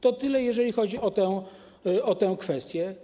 To tyle, jeżeli chodzi o tę kwestię.